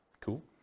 Cool